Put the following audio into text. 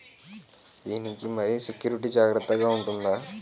దీని కి మరి సెక్యూరిటీ జాగ్రత్తగా ఉంటుందా?